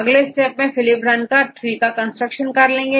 अगले स्टेप में Phylip run कर treeकंस्ट्रक्ट कर सकते हैं